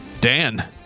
Dan